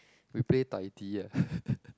we play dai di ah